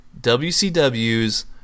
WCW's